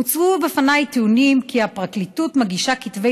הוצבו בפניי טיעונים שהפרקליטות מגישה כתבי